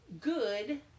good